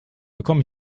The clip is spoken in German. bekomme